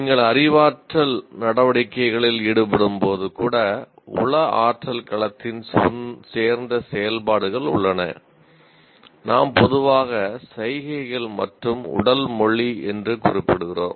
நீங்கள் அறிவாற்றல் நடவடிக்கைகளில் ஈடுபடும்போது கூட உள ஆற்றல் களத்தின் சேர்ந்த செயல்பாடுகள் உள்ளன நாம் பொதுவாக சைகைகள் மற்றும் உடல் மொழி என்று குறிப்பிடுகிறோம்